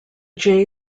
jay